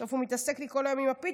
בסוף הוא מתעסק לי כל היום עם הפיתות.